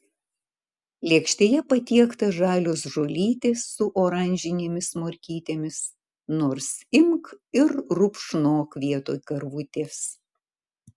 lėkštėje patiekta žalios žolytės su oranžinėmis morkytėmis nors imk ir rupšnok vietoj karvutės